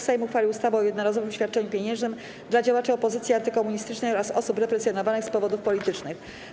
Sejm uchwalił ustawę o jednorazowym świadczeniu pieniężnym dla działaczy opozycji antykomunistycznej oraz osób represjonowanych z powodów politycznych.